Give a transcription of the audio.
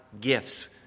gifts